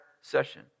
session